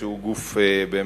שהוא גוף אובייקטיבי.